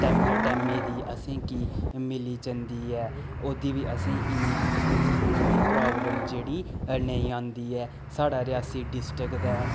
टैमै टैमै दी असेंगी मिली जंदी ऐ ओह्दी बी असेंगी इन्नी मती प्राब्लम जेह्ड़ी नेईं आंदी ऐ साढ़ै रेयासी डिस्टिक दे